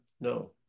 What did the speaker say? No